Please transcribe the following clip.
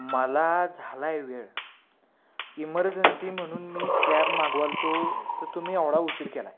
मला झाला आहे वेळ इमरजन्सी म्हणून मी कॅब मागवला होतो तर तुम्ही एवढा उशीर केला आहे